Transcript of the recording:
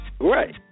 Right